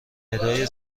ندای